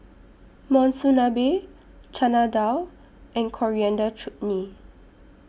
Monsunabe Chana Dal and Coriander Chutney